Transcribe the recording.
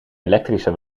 elektrische